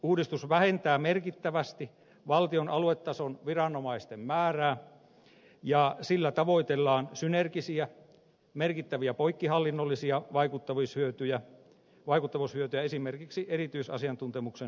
uudistus vähentää merkittävästi valtion aluetason viranomaisten määrää ja sillä tavoitellaan merkittäviä synergisiä poikkihallinnollisia vaikuttavuushyötyjä esimerkiksi erityisasiantuntemuksen hyödyntämiseksi